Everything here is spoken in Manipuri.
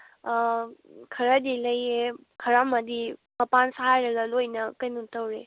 ꯈꯔꯗꯤ ꯂꯩꯌꯦ ꯈꯔ ꯑꯃꯗꯤ ꯃꯄꯥꯟ ꯁꯔꯒ ꯂꯣꯏꯅ ꯀꯩꯅꯣ ꯇꯧꯔꯦ